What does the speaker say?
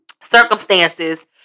circumstances